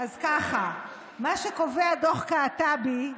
אז ככה, מה שקובע דוח קעטבי,